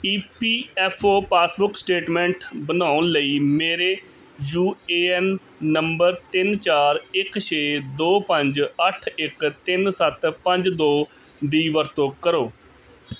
ਈ P F O passbook statement ਬਣਾਉਣ ਲਈ ਮੇਰੇ ਯੂ ਏ ਐਨ ਨੰਬਰ ਤਿੰਨ ਚਾਰ ਇੱਕ ਛੇ ਦੋ ਪੰਜ ਅੱਠ ਇੱਕ ਤਿੰਨ ਸੱਤ ਪੰਜ ਦੋ ਦੀ ਵਰਤੋਂ ਕਰੋ